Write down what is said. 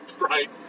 Right